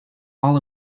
all